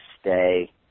stay